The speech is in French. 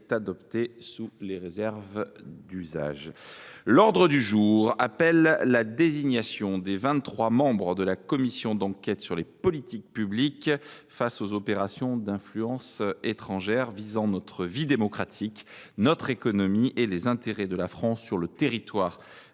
L’ordre du jour appelle la désignation des vingt trois membres de la commission d’enquête sur les politiques publiques face aux opérations d’influences étrangères visant notre vie démocratique, notre économie et les intérêts de la France sur le territoire